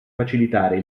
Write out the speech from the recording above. facilitare